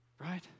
right